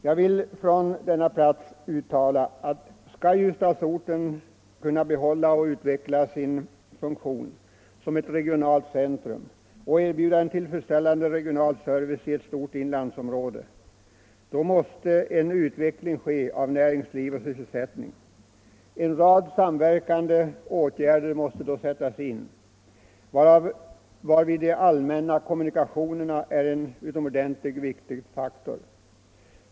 Jag vill från denna plats uttala att skall Ljusdalsorten kunna behålla och utveckla sin funktion som regionalt centrum och erbjuda en tillfredsställande regional service i ett stort inlandsområde, då måste en utveckling ske av näringsliv och sysselsättning. En rad samverkande åtgärder måste då sättas in, varvid de allmänna kommunikationerna är en utomordentligt viktig faktor.